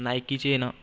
नाईकीचे न